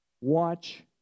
watch